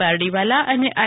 પારડીવાલા અને આઈ